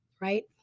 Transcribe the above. right